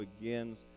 begins